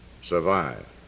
survive